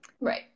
Right